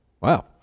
Wow